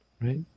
Right